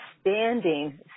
standing